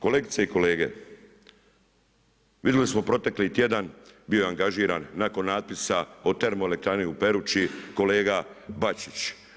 Kolegice i kolege, vidjeli smo protekli tjedan, bio je angažiran nakon natpisa o termoelektrani u Perući kolega bačić.